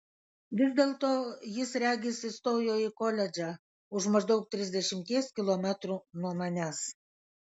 vis dėlto jis regis įstojo į koledžą už maždaug trisdešimties kilometrų nuo manęs